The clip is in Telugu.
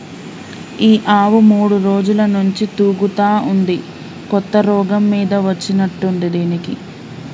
ఈ ఆవు మూడు రోజుల నుంచి తూగుతా ఉంది కొత్త రోగం మీద వచ్చినట్టుంది దీనికి